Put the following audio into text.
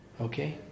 Okay